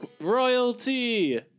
Royalty